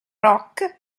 rock